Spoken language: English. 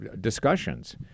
discussions